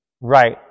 Right